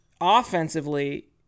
offensively